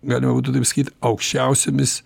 galima būtų taip sakyt aukščiausiomis